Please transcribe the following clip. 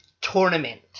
Tournament